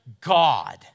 God